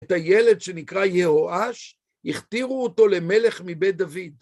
את הילד שנקרא יהואש, הכתירו אותו למלך מבית דוד.